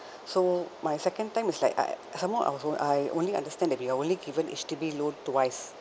so my second time is like I somemore I was o~ I only understand that we're only given H_D_B loan twice